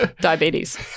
Diabetes